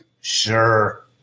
Sure